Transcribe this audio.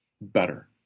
better